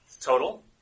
Total